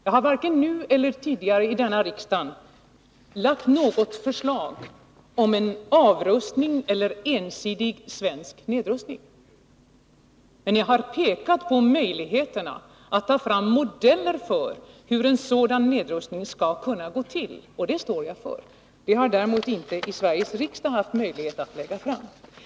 Jag har varken nu eller tidigare i denna riksdag lagt fram något förslag om en avrustning eller ensidig svensk nedrustning. Men jag har pekat på möjligheterna att ta fram modeller för hur en sådan nedrustning skall kunna gå till, och det står jag för. Sådana förslag har jag däremot inte haft möjlighet att lägga fram i Sveriges riksdag.